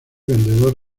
vendedor